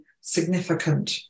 significant